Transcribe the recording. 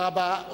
תודה רבה.